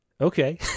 okay